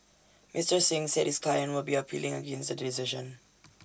Mister Singh said his client would be appealing against the decision